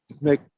make